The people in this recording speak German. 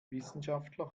wissenschaftler